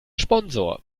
sponsor